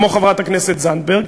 כמו חברת הכנסת זנדברג,